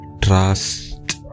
trust